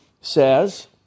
says